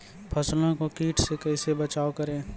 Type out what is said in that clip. फसलों को कीट से कैसे बचाव करें?